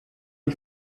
die